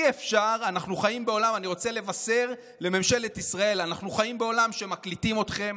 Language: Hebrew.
אני רוצה לבשר לממשלת ישראל: אנחנו חיים בעולם שמקליטים אתכם,